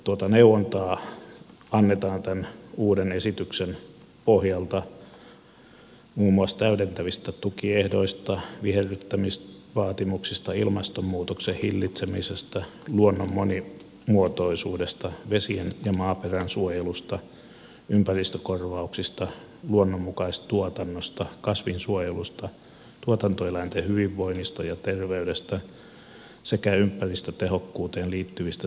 tuota neuvontaa annetaan tämän uuden esityksen pohjalta muun muassa täydentävistä tukiehdoista viherryttämistuen vaatimuksista ilmastonmuutoksen hillitsemisestä luonnon monimuotoisuudesta vesien ja maaperän suojelusta ympäristökorvauksista luonnonmukaistuotannosta kasvinsuojelusta tuotantoeläinten hyvinvoinnista ja terveydestä sekä ympäristötehokkuuteen liittyvistä seikoista